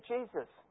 Jesus